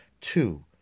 Two